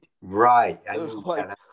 right